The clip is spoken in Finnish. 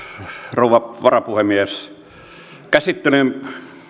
rouva varapuhemies käsittelyn